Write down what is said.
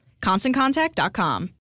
ConstantContact.com